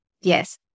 yes